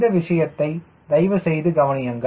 இந்த விஷயத்தை தயவுசெய்து கவனியுங்கள்